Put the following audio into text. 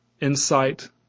insight